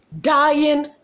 Dying